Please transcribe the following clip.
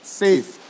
safe